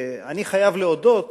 אני חייב להודות,